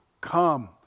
come